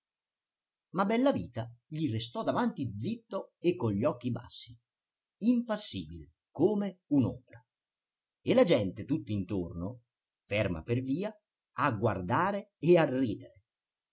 sai ma bellavita gli restò davanti zitto e con gli occhi bassi impassibile come un'ombra e la gente tutt'intorno ferma per via a guardare e a ridere